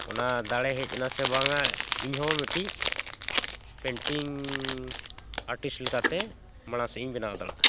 ᱚᱱᱟ ᱫᱟᱲᱮ ᱦᱮᱡ ᱮᱱᱟ ᱥᱮ ᱵᱟᱝᱟ ᱤᱧ ᱦᱚᱸ ᱢᱤᱫᱴᱤᱡ ᱯᱮᱱᱴᱤᱝ ᱟᱨᱴᱤᱥᱴ ᱞᱮᱠᱟᱛᱮ ᱢᱟᱲᱟᱝ ᱥᱮ ᱤᱧ ᱵᱮᱱᱟᱣ ᱫᱟᱲᱮᱭᱟᱜᱼᱟ